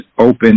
open